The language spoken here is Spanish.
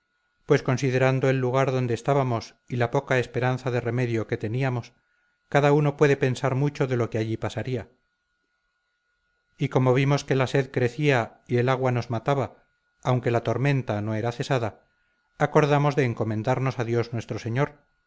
pues considerando el lugar donde estábamos y la poca esperanza de remedio que teníamos cada uno puede pensar mucho de lo que allí pasaría y como vimos que la sed crecía y el agua nos mataba aunque la tormenta no era cesada acordamos de encomendarnos a dios nuestro señor